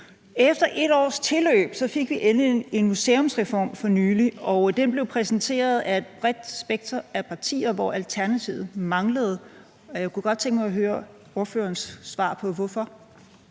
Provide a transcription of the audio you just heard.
Efter et års tilløb fik vi endelig en museumsreform for nylig, og den blev præsenteret af et bredt spekter af partier, hvor Alternativet manglede, og jeg kunne godt tænke mig at høre ordførerens svar på hvorfor.